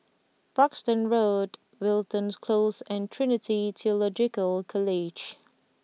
Parkstone Road Wilton Close and Trinity Theological College